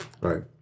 right